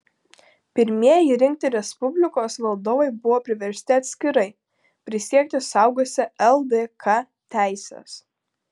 pirmieji rinkti respublikos valdovai buvo priversti atskirai prisiekti saugosią ldk teises